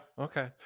Okay